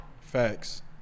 facts